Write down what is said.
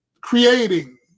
creating